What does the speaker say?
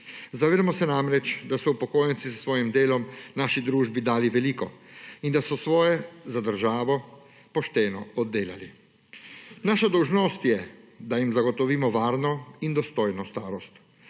Zavedamo se namreč, da so upokojenci s svojim delom naši družbi dali veliko in da so svoje za državo pošteno oddelali. Naša dolžnost je, da jim zagotovimo varno in dostojno starost,